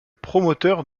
promoteur